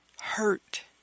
hurt